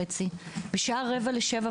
חוץ מאשר בקורונה,